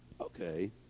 okay